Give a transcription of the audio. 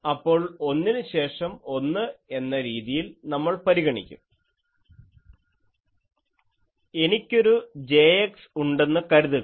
അപ്പോൾ ഒന്നിനുശേഷം ഒന്ന് എന്ന രീതിയിൽ നമ്മൾ പരിഗണിക്കും എനിക്കൊരു Jx ഉണ്ടെന്ന് കരുതുക